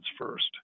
first